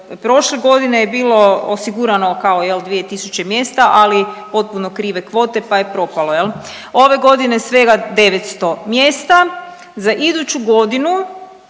Prošle godine je bilo osigurano kao jel 2.000 mjesta ali potpuno krive kvote pa je propalo jel. Ove godine svega 900 mjesta. Za iduću godinu,